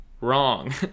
wrong